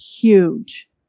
huge